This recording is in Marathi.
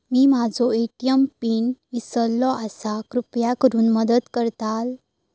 मी माझो ए.टी.एम पिन इसरलो आसा कृपा करुन मदत करताल